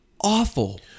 awful